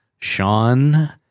Sean